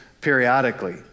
periodically